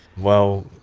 well,